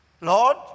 Lord